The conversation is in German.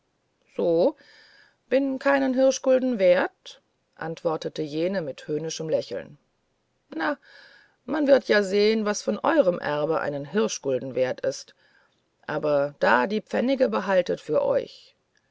so bin ich keinen hirschgulden wert antwortete jene mit höhnischem lächeln na man wird ja sehen was von eurem erbe einen hirschgulden wert ist aber da die pfennige behaltet für euch